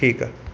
ठीकु आहे